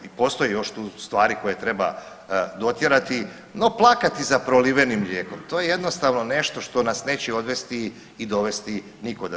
I postoji još tu stvari koje treba dotjerati, no plakati za prolivenim mlijekom, to je jednostavno nešto što nas neće odvesti i dovesti nikuda.